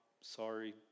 sorry